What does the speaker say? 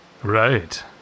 Right